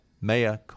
Maya